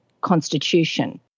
constitution